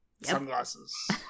Sunglasses